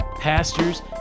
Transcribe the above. pastors